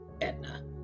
Edna